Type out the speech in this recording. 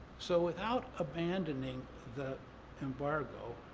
so without abandoning the embargo,